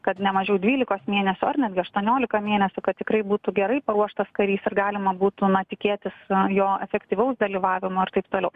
kad ne mažiau dvylikos mėnesių ar netgi aštuoniolika mėnesių kad tikrai būtų gerai paruoštas karys ir galima būtų na tikėtis jo efektyvaus dalyvavimo ir taip toliau